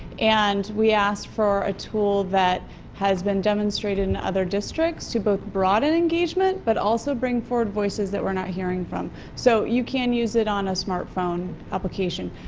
and we asked for a tool that has been demonstrated in other districts to both broaden engagement, but also bring forward voices that we are not hearing from. so you can use it on the ah smart phone application.